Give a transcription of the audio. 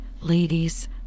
ladies